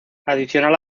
adicional